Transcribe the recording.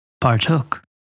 partook